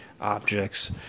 objects